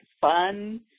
fun